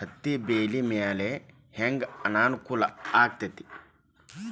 ಹತ್ತಿಬೆಳಿ ಮ್ಯಾಲೆ ಹೆಂಗ್ ಅನಾನುಕೂಲ ಆಗ್ತೆತಿ?